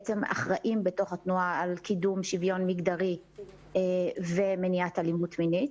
שאחראים בתוך התנועה על קידום שוויון מגדרי ומניעת אלימות מינית.